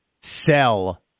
sell